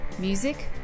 music